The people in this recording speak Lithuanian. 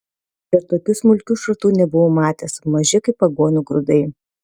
ir tokių smulkių šratų nebuvau matęs maži kaip aguonų grūdai